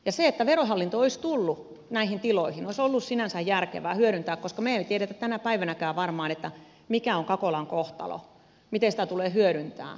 se että verohallinto olisi tullut näihin tiloihin olisi ollut sinänsä järkevää koska me emme tiedä tänä päivänäkään varmaan mikä on kakolan kohtalo miten sitä tulee hyödyntää